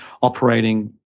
operating